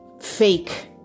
fake